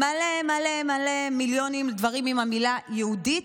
מלא מלא מלא מיליונים לדברים עם המילה "יהודית",